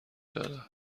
دادم